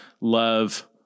love